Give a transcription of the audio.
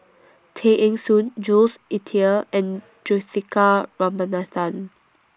Tay Eng Soon Jules Itier and Juthika Ramanathan